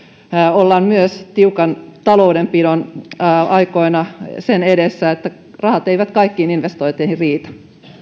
ollaan myös tiukan taloudenpidon aikoina sen edessä että rahat eivät kaikkiin investointeihin riitä